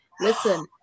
listen